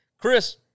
Chris